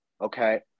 Okay